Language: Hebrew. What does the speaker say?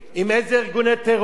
עם איזה ארגוני טרור?